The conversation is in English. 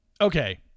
Okay